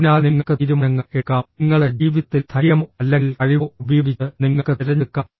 അതിനാൽ നിങ്ങൾക്ക് തീരുമാനങ്ങൾ എടുക്കാം നിങ്ങളുടെ ജീവിതത്തിൽ ധൈര്യമോ അല്ലെങ്കിൽ കഴിവോ ഉപയോഗിച്ച് നിങ്ങൾക്ക് തിരഞ്ഞെടുക്കാം